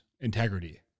integrity